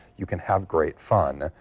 you can have great fun.